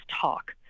talk